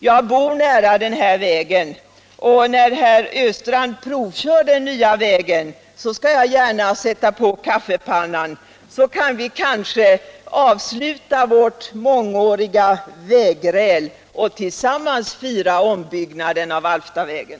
Jag bor nära den här vägen och när herr Östrand provkör den nya vägen skall jag gärna sätta på kaffepannan, så kanske vi kan avsluta vårt mångåriga gräl och tillsammans fira ombyggnaden av Alftavägen.